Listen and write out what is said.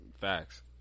Facts